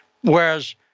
Whereas